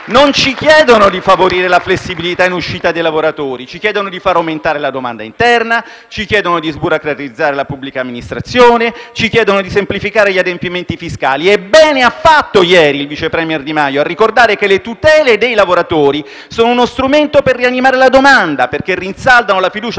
noi ci chiedono di favorire la flessibilità in uscita dei lavoratori, ma di far aumentare la domanda interna, sburocratizzare la pubblica amministrazione e semplificare gli adempimenti fiscali. E bene ha fatto ieri il vice *premier* Di Maio a ricordare che le tutele dei lavoratori sono uno strumento per rianimare la domanda, perché rinsaldano la fiducia